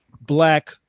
black